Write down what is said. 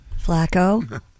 Flacco